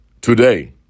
Today